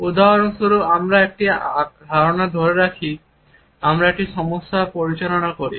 উদাহরণস্বরূপ আমরা একটি ধারণা ধরে রাখি আমরা একটি সমস্যা পরিচালনা করি